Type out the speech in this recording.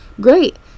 Great